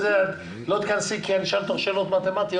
אל תכנסי לזה כי אשאל אותך שאלות מתמטיות